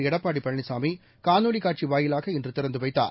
எடப்பாடிபழனிசாமிகாணொலிகாட்சிவாயிலாக இன்றுதிறந்துவைத்தார்